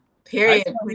Period